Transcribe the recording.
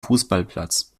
fußballplatz